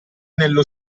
nello